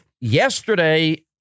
Yesterday